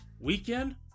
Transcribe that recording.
weekend